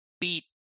beat